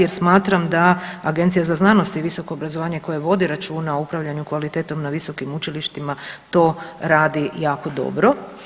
Jer smatram da Agencija za znanost i visoko obrazovanje koja vodi računa o upravljanju kvalitetom na visokim učilištima to radi jako dobro.